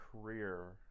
career